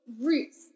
roots